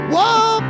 Whoa